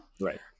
Right